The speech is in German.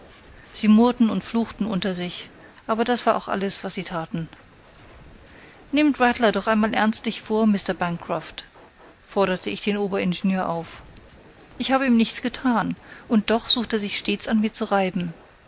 sie murrten und fluchten unter sich aber das war auch alles was sie taten nehmt rattler doch einmal ernstlich vor mr bancroft forderte ich den oberingenieur auf ich habe ihm nichts getan und doch sucht er sich stets an mir zu reiben